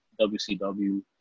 WCW